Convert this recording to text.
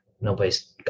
nobody's